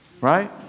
right